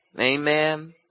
Amen